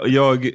jag